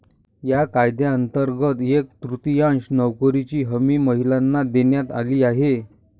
या कायद्यांतर्गत एक तृतीयांश नोकऱ्यांची हमी महिलांना देण्यात आली आहे